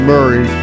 Murray